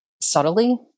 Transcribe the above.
subtly